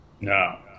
No